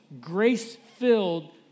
grace-filled